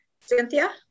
cynthia